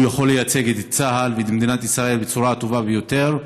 והוא יכול לייצג את צה"ל ואת מדינת ישראל בצורה הטובה ביותר.